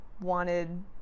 wanted